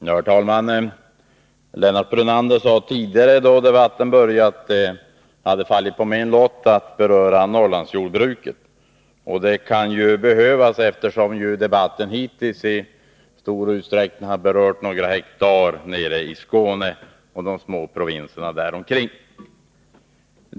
Herr talman! Lennart Brunander sade tidigare, i debattens början, att det hade fallit på min lott att beröra Norrlandsjordbruket. Det kan behövas, eftersom debatten hittills i stor utsträckning har gällt några hektar nere i Skåne och de små provinserna där omkring.